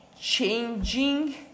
changing